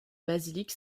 basilique